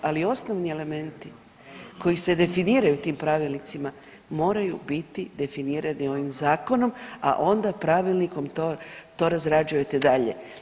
Ali osnovni elementi koji se definiraju tim pravilnicima moraju biti definirani ovim zakonom, a onda Pravilnikom to razrađujete dalje.